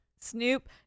snoop